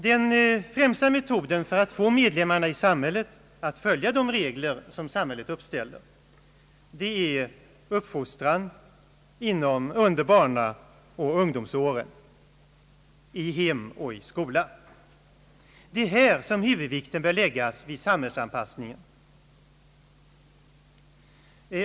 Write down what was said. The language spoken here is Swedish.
Den främsta metoden för att få medlemmarna i samhället att följa uppställda regler är uppfostran under barnaoch ungdomsåren, i hem och i skola. Det är här huvudvikten bör läggas vid samhällsanpassningen.